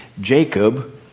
Jacob